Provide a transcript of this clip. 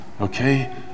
okay